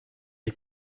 est